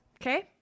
Okay